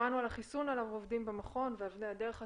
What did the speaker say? שמענו על החיסון עליו עובדים במכון ואבני הדרך הצפויות.